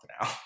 now